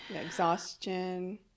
Exhaustion